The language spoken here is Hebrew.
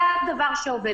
זה הדבר שעובד.